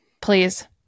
Please